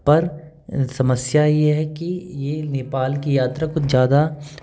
पर समस्या ये है कि ये नेपाल की यात्रा कुछ ज़्यादा